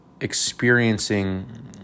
experiencing